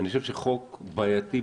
אני חושב שחוק בעייתי,